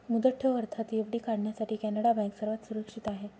मुदत ठेव अर्थात एफ.डी काढण्यासाठी कॅनडा बँक सर्वात सुरक्षित आहे